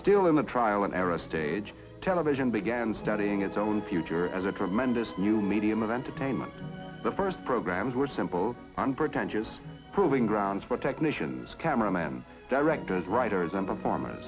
still in the trial and error stage television began studying its own future as a tremendous new medium of entertainment the first programs were simple unpretentious proving grounds for technicians cameramen directors writers and perform